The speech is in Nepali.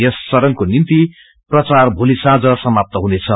यस चरणको निम्ति प्रचार भोली साँझ सामाप्त हुनेछ